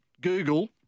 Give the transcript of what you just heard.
Google